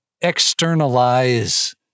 Externalize